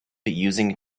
using